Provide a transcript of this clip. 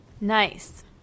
Nice